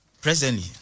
presently